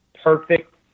perfect